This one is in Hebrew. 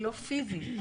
לא פיזי,